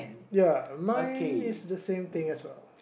ya mine is the same thing as well